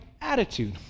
attitude